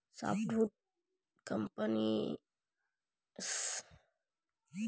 softwood ಕೋನಿಫರ್ಗಳಂತಹ gymnosperm ಮರವಾಗಿದ್ದು ಗಟ್ಟಿಮರದ ವಿರುದ್ಧವಾಗಿದೆ